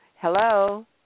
Hello